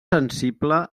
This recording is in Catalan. sensible